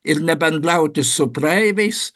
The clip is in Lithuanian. ir nebendrauti su praeiviais